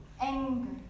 anger